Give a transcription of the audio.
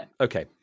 Okay